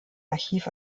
archiv